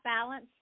Balance